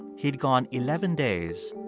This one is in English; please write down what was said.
he'd gone eleven days,